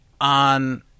on